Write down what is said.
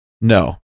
No